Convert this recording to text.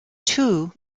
two